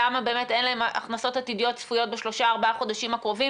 למה אין להם הכנסות עתידיות צפויות בשלושה-ארבעה החודשים הקרובים?